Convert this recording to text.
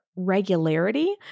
regularity